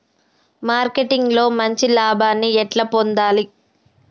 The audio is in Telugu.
మార్కెటింగ్ లో మంచి లాభాల్ని ఎట్లా పొందాలి?